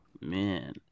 Man